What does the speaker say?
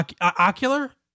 ocular